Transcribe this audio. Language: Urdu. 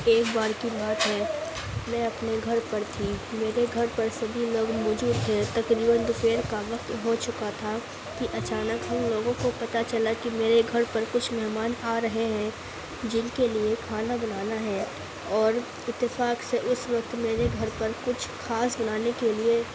ایک بار کی بات ہے میں اپنے گھر پر تھی میرے گھر پر سبھی لوگ مجھے تقریباً دوپہر کا وقت ہو چکا تھا کہ اچانک ہم لوگوں کو پتہ چلا کہ میرے گھر پر کچھ مہمان آ رہے ہیں جن کے لیے کھانا بنانا ہے اور اتفاق سے اس وقت میرے گھر پر کچھ خاص بنانے کے لیے